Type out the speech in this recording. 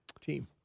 team